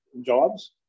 jobs